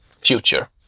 future